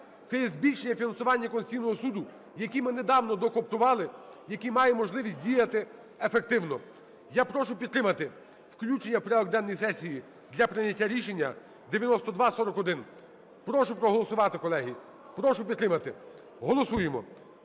Це є збільшення фінансування Конституційного Суду, який ми недавно доукомплектували, який має можливість діяти ефективно. Я прошу підтримати включення у порядок денний сесії для прийняття рішення 9241. Прошу проголосувати, колеги, Прошу підтримати. Голосуємо!